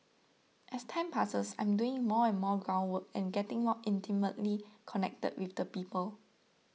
as time passes I'm doing more and more ground work and getting more intimately connected with the people